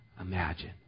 imagine